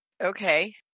Okay